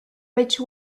which